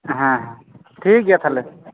ᱦᱮᱸ ᱦᱮᱸ ᱴᱷᱤᱠ ᱜᱮᱭᱟ ᱛᱟᱦᱞᱮ